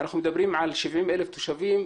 אנחנו מדברים על 70,000 תושבים,